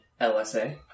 LSA